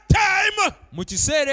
time